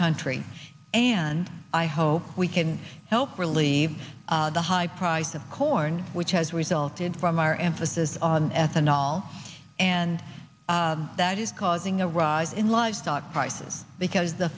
country and i hope we can help relieve the high price of corn which has resulted from our emphasis on ethanol and that is causing a rise in livestock prices because the